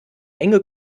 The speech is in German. enge